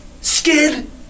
Skid